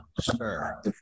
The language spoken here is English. sir